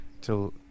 Till